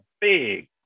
big